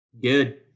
Good